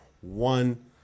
one